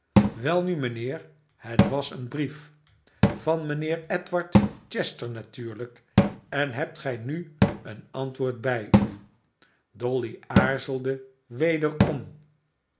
welnu mijnheer het was een brief van mijnheer edward chester natuurlijk en hebt gij nu een antwoord bij u dolly aarzelde wederom